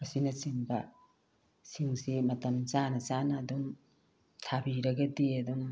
ꯑꯁꯤꯅꯆꯤꯡꯕ ꯁꯤꯡꯁꯤ ꯃꯇꯝ ꯆꯥꯅ ꯆꯥꯅ ꯑꯗꯨꯝ ꯊꯥꯕꯤꯔꯒꯗꯤ ꯑꯗꯨꯝ